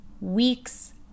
weeks